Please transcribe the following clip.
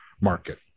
market